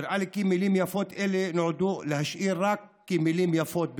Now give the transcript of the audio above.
נראה כי מילים יפות אלה נועדו להישאר כמילים יפות בלבד,